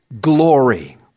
Glory